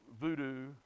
voodoo